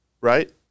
right